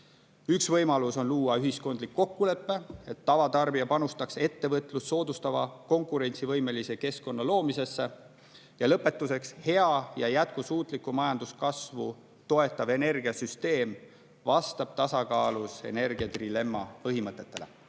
Üks võimalus on luua ühiskondlik kokkulepe, et tavatarbija panustaks ettevõtlust soodustava konkurentsivõimelise keskkonna loomisesse. Lõpetuseks, hea ja jätkusuutlikku majanduskasvu toetav energiasüsteem vastab tasakaalus energia trilemma põhimõtetele.